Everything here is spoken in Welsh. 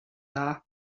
dda